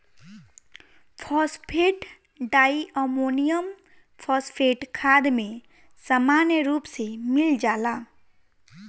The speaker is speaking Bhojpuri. फॉस्फेट डाईअमोनियम फॉस्फेट खाद में सामान्य रूप से मिल जाला